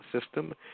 system